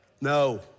No